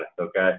okay